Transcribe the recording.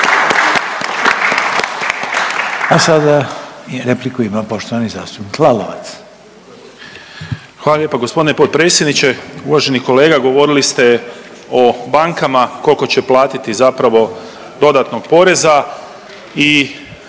A sada repliku ima poštovani zastupnik Lalovac. **Lalovac, Boris (SDP)** Hvala lijepa gospodine potpredsjedniče. Uvaženi kolega govorili ste o bankama koliko će platiti zapravo dodatno poreza i